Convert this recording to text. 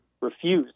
refused